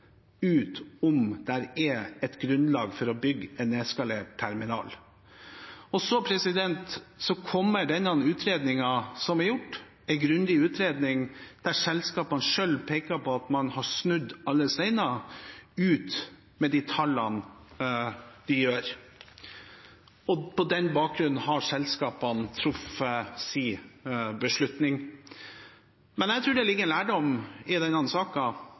ut om det er grunnlag for å bygge en nedskalert terminal. Så kommer denne utredningen som er gjort – en grundig utredning, der selskapene selv peker på at man har snudd alle steiner – ut med de tallene den gjør. Og på den bakgrunn har selskapene truffet sin beslutning. Men jeg tror det ligger en lærdom i denne